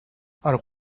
are